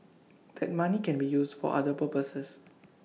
that money can be used for other purposes